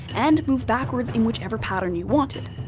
and move backwards in whichever pattern you wanted.